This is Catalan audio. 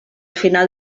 final